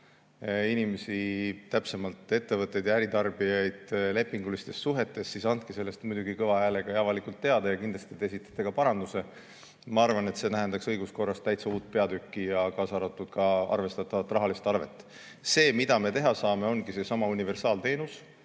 inimesi, täpsemalt ettevõtteid ja äritarbijaid, lepingulistest suhetest, siis muidugi andke sellest kõva häälega ja avalikult teada ja kindlasti te esitate ka paranduse. Ma arvan, et see tähendaks õiguskorras täiesti uut peatükki, kaasa arvatud arvestatavat rahalist arvet. See, mida me teha saame, ongi [pakkuda] universaalteenust.